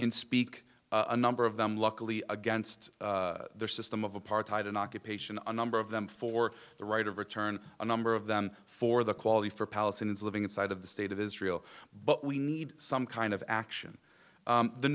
d speak a number of them luckily against their system of apartheid and occupation our number of them for the right of return a number of them for the quality for palestinians living inside of the state of israel but we need some kind of action